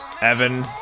Evan